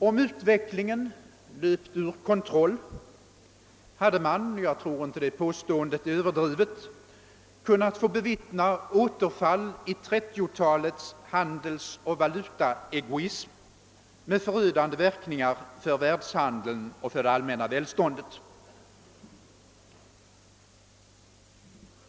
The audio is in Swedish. Om utvecklingen löpt ur kontroll hade man — jag tror inte att det påståendet är överdrivet — kunnat få bevittna återfall i 1930-talets handelsoch valutaegoism med förödande verkningar för världshandeln och för det allmänna välståndet.